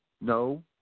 No